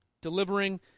delivering